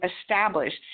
established